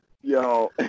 Yo